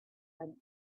went